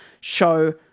show